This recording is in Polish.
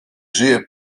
żyje